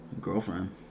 Girlfriend